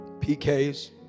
PK's